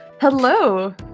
Hello